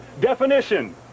definition